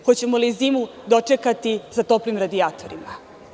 Hoćemo li zimu dočekati sa toplim radijatorima?